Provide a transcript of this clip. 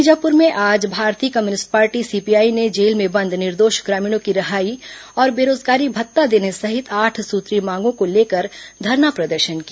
बीजापुर में आज भारतीय कम्यूनिस्ट पार्टी सीपीआई ने जेल में बंद निर्दोष ग्रामीणों की रिहाई और बेरोजगारी भत्ता देने सहित आठ सूत्रीय मांगों को लेकर धरना प्रदर्शन किया